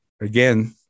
again